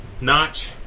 Notch